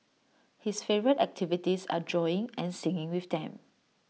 his favourite activities are drawing and singing with them